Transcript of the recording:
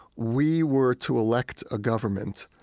we were to elect a government,